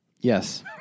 Yes